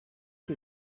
que